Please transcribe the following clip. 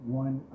one